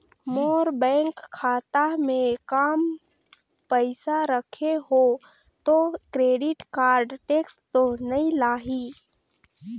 मोर bank खाता मे काम पइसा रखे हो तो क्रेडिट कारड टेक्स तो नइ लाही???